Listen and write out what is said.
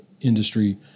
industry